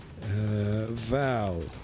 Val